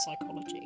psychology